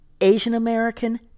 Asian-American